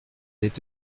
est